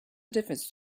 difference